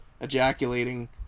ejaculating